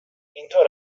اینطور